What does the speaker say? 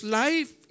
life